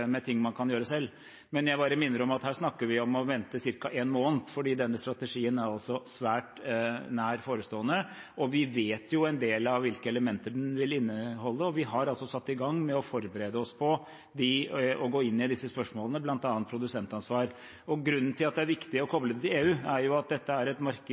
med ting man kan gjøre selv, men jeg bare minner om at her snakker vi om å vente ca. én måned, for denne strategien er altså svært nært forestående. Vi vet en del av hvilke elementer den vil inneholde, og vi har altså satt i gang med å forberede oss på å gå inn i disse spørsmålene, bl.a. produsentansvar. Grunnen til at det er viktig å koble det til EU, er at dette er et marked